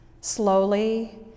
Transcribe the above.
Slowly